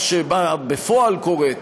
מה שבפועל קורה,